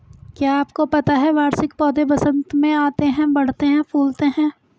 क्या आपको पता है वार्षिक पौधे वसंत में आते हैं, बढ़ते हैं, फूलते हैं?